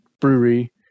brewery